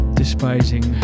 despising